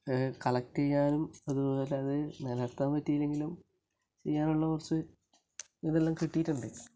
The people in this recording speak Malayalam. കളക്റ്റ് ചെയ്യാനും അതുപോലെ അത് നികത്താൻ പറ്റിയില്ലെങ്കിലും ചെയ്യാനുള്ള കുറച്ച് ഇതെല്ലാം കിട്ടിയിട്ടുണ്ട്